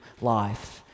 life